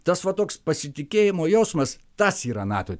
tas va toks pasitikėjimo jausmas tas yra nato